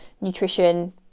nutrition